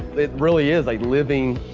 it really is living,